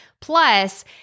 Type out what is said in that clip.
plus